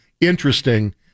interesting